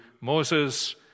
Moses